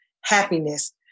happiness